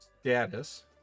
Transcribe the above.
status